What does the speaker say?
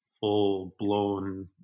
full-blown